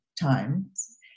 times